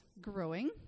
growing